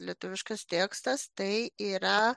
lietuviškas tekstas tai yra